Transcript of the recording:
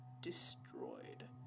destroyed